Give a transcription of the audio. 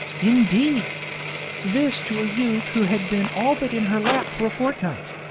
indeed this to a youth who had been all but in her lap for a fortnight.